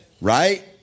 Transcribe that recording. right